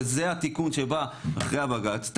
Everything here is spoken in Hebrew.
וזה התיקון שבא אחרי הבג"צ,